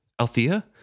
Althea